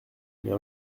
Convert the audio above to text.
mais